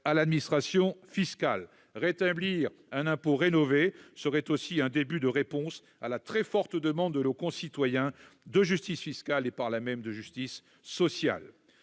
à l'administration fiscale. Rétablir cet impôt en le rénovant serait aussi un début de réponse à la très forte demande de justice fiscale, et par là même de justice sociale,